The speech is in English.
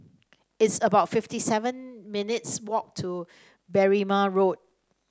it's about fifty seven minutes' walk to Berrima Road